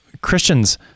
Christians